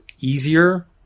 easier